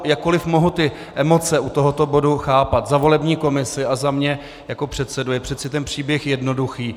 Jakkoliv mohu emoce u tohoto bodu chápat, za volební komisi a za mě jako předsedu je přece ten příběh jednoduchý.